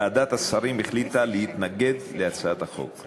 ועדת השרים החליטה להתנגד להצעת החוק.